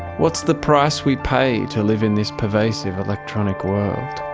what's the price we pay to live in this pervasive electronic world?